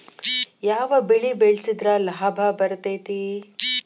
ಯಾವ ಬೆಳಿ ಬೆಳ್ಸಿದ್ರ ಲಾಭ ಬರತೇತಿ?